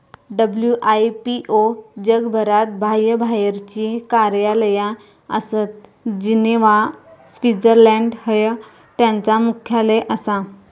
WIPO जगभरात बाह्यबाहेरची कार्यालया आसत, जिनेव्हा, स्वित्झर्लंड हय त्यांचा मुख्यालय आसा